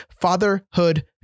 Fatherhood